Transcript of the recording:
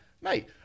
mate